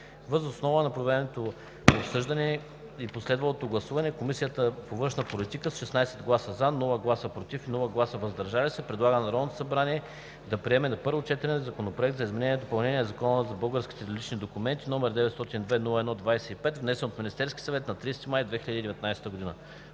Въз основа на проведеното обсъждане и последвалото гласуване Комисията по външна политика с 16 гласа „за“, без „против“ и „въздържал се“ предлага на Народното събрание да приеме на първо гласуване Законопроект за изменение и допълнение на Закона за българските лични документи, № 902-01-25, внесен от Министерския съвет на 30 май 2019 г.“